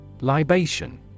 Libation